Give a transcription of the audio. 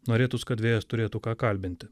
norėtųs kad vėjas turėtų ką kalbinti